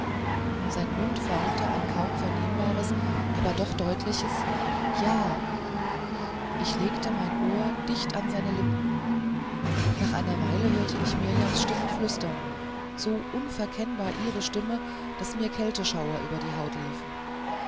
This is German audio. sein mund formte ein kaum vernehmbares aber doch deutliches ja ich legte mein ohr dicht an seine lippen nach einer weile hörte ich mirjams stimme flüstern so unverkennbar ihre stimme daß mir kälteschauer über die haut liefen